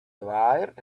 wired